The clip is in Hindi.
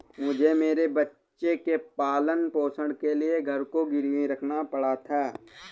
मुझे मेरे बच्चे के पालन पोषण के लिए घर को गिरवी रखना पड़ा था